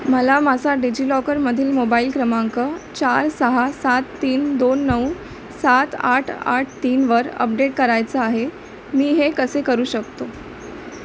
मला माझा डिजिलॉकरमधील मोबाईल क्रमांक चार सहा सात तीन दोन नऊ सात आठ आठ तीनवर अपडेट करायचं आहे मी हे कसे करू शकतो